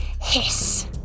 hiss